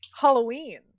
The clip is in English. halloween